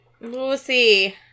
Lucy